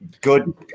good